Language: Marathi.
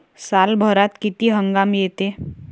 सालभरात किती हंगाम येते?